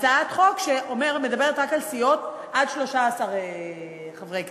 הצעת חוק שמדברת רק על סיעות של עד 13 חברי כנסת,